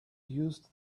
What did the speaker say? used